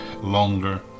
longer